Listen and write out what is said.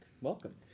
Welcome